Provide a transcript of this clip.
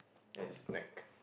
as snack